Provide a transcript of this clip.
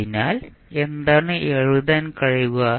അതിനാൽ എന്താണ് എഴുതാൻ കഴിയുക